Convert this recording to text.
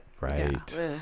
right